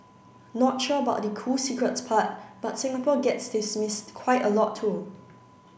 not sure about the cool secrets part but Singapore gets dismissed quite a lot too